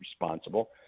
responsible